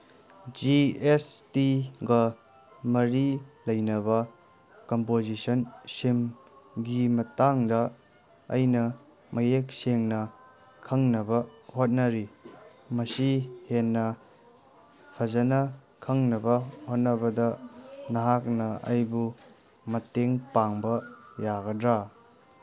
G S ꯇꯤꯒ ꯃꯔꯤ ꯂꯩꯅꯕ ꯀꯝꯄꯣꯖꯤꯁꯟꯁꯤꯡꯒꯤ ꯃꯇꯥꯡꯗ ꯑꯩꯅ ꯃꯌꯦꯛ ꯁꯦꯡꯅ ꯈꯪꯅꯕ ꯍꯣꯠꯅꯔꯤ ꯃꯁꯤ ꯍꯦꯟꯅ ꯐꯖꯅ ꯈꯪꯅꯕ ꯍꯣꯠꯅꯕꯗ ꯅꯍꯥꯛꯅ ꯑꯩꯕꯨ ꯃꯇꯦꯡ ꯄꯥꯡꯕ ꯌꯥꯒꯗ꯭ꯔꯥ